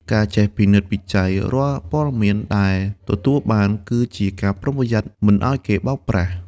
ការចេះពិនិត្យពិច័យរាល់ព័ត៌មានដែលទទួលបាន គឺជាការប្រុងប្រយ័ត្នមិនឱ្យគេបោកប្រាស់។